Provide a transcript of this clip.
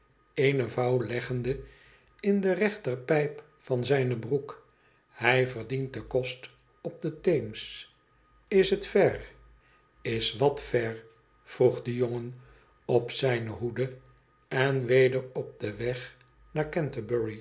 vouw leggende in de rechterpijp van zijne broek i hij verdient den kost op den teems t is het ver is wat ver vroeg de jongen op zijne hoede en weder op den weg naar